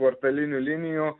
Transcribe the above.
kvartalinių linijų